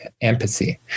empathy